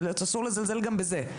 אסור לזלזל גם בזה.